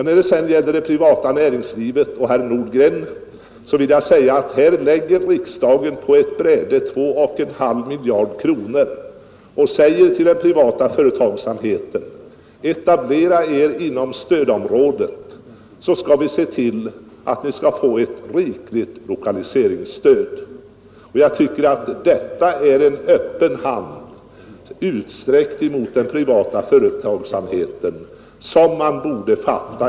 När det gäller det privata näringslivet, herr Nordgren, lägger riksdagen på ett bräde 2,5 miljarder kronor och säger till den privata företagsamheten: ”Etablera er inom stödområdet så skall vi se till att ni får ett rikligt lokaliseringsstöd.” Jag tycker detta är en öppen hand, utsträckt mot den privata företagsamheten som man borde fatta.